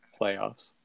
playoffs